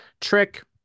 trick